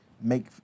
make